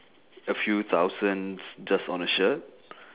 a few thousands just on a shirt